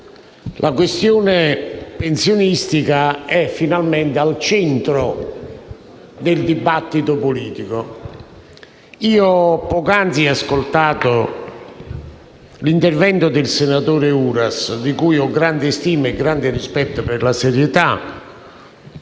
la questione pensionistica è finalmente al centro del dibattito politico. Poc'anzi ho ascoltato l'intervento del senatore Uras, di cui ho grande stima e rispetto, per la serietà